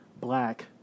black